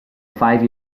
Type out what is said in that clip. five